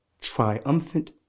triumphant